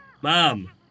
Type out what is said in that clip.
Mom